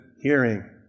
hearing